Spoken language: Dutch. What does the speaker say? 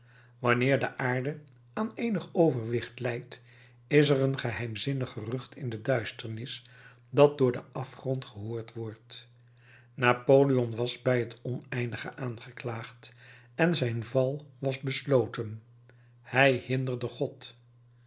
wanneer de aarde aan eenig overwicht lijdt is er een geheimzinnig gerucht in de duisternis dat door den afgrond gehoord wordt napoleon was bij het oneindige aangeklaagd en zijn val was besloten hij hinderde god